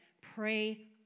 pray